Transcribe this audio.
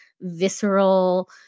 visceral